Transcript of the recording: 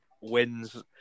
wins